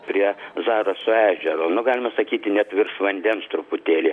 prie zaraso ežero nu galima sakyti net virš vandens truputėlį